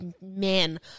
man